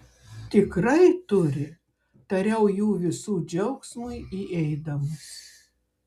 tikrai turi tariau jų visų džiaugsmui įeidamas